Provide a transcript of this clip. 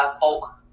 folk